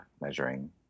measuring